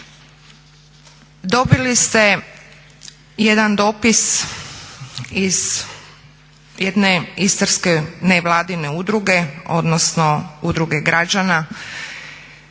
Dobili ste jedan dopis iz jedne istarske nevladine udruge odnosno udruge građana,